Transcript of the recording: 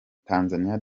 tanzaniya